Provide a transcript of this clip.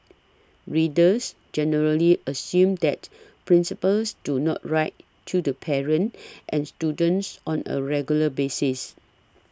readers generally assume that principals do not write to the parents and students on a regular basis